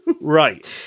Right